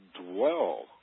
dwell